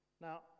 Now